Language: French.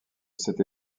cette